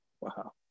Wow